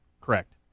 Correct